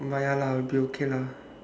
but ya lah I'll be okay lah